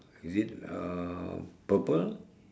is it uh purple